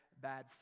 bad